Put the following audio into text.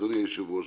אדוני היושב-ראש,